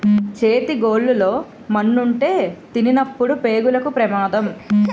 చేతి గోళ్లు లో మన్నుంటే తినినప్పుడు పేగులకు పెమాదం